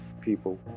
people